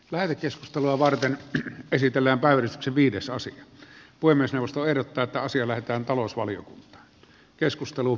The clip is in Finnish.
lähetekeskustelua varten on esitellä viidesosan voi myös nostaa jotta sielläkään lähetetään talousvaliokuntaan